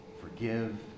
forgive